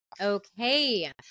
Okay